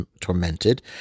tormented